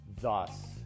thus